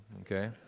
okay